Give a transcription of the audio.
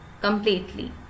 completely